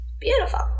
Beautiful